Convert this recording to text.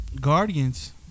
Guardians